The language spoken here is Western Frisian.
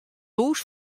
hûs